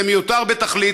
זה מיותר בתכלית.